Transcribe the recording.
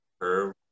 curve